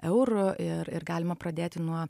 eurų ir ir galima pradėti nuo